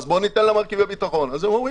אז בואו ניתן לה מרכיבי ביטחון.